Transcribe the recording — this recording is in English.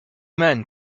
men